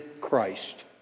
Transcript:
Christ